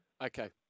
Okay